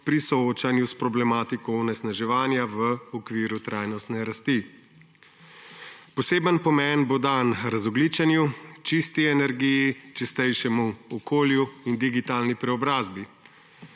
pri soočanju s problematiko onesnaževanja v okviru trajnostne rasti. Poseben pomen bo dan razogljičenju, čisti energiji, čistejšemu okolju in digitalni preobrazbi.